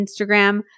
Instagram